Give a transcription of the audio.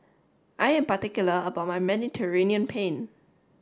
I am particular about my Mediterranean Penne